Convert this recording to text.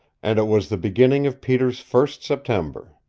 and it was the beginning of peter's first september.